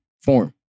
form